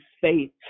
faith